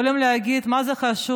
יכולים להגיד: מה זה חשוב?